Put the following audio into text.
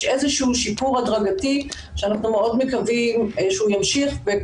יש איזשהו שיפור הדרגתי שאנחנו מאוד מקווים שהוא ימשיך.